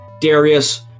Darius